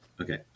Okay